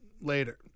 later